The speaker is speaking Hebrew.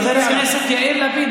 חבר הכנסת יאיר לפיד,